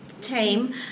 Tame